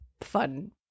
fun